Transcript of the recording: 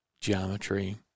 geometry